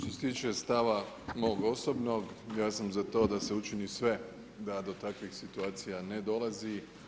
Što se tiče stava mog osobnog, ja sam za to da se učini sve da do takvih situacija ne dolazi.